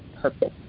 purpose